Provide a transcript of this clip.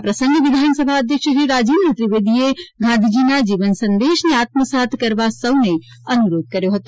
આ પ્રસંગે વિધાનસભા અધ્યક્ષશ્રી રાજેન્દ્ર ત્રિવેદીએ ગાંધીજીના જીવન સંદેશને આત્મસાત કરવા સૌને અનુરોધ કર્યો હતો